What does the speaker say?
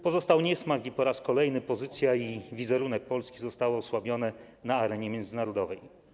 Pozostał niesmak i po raz kolejny pozycja i wizerunek Polski został osłabiony na arenie międzynarodowej.